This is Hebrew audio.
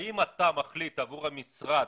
האם אתה מחליט עבור המשרד